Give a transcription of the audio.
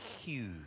huge